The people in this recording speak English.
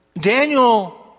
Daniel